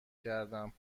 کردم